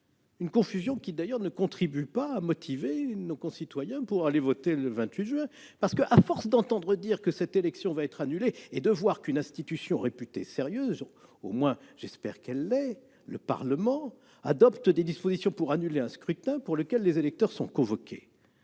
ne contribue d'ailleurs pas à motiver nos concitoyens à aller voter le 28 juin. Que feront-ils à force d'entendre dire que cette élection va être annulée et de voir qu'une institution réputée sérieuse- j'espère qu'elle l'est !-, le Parlement, adopte des dispositions pour annuler un scrutin pour lequel les électeurs sont convoqués